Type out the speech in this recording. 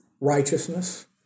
righteousness